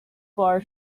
bar